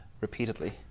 repeatedly